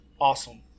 awesome